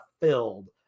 filled